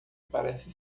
parece